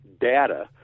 data